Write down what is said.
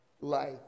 life